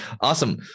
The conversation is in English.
awesome